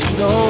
no